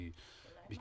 כי מיקי,